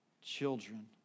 children